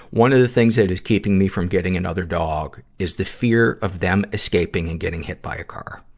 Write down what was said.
one of the things that is keeping me from getting another dog is the fear of them escaping and getting hit by a car.